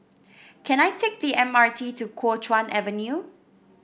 can I take the M R T to Kuo Chuan Avenue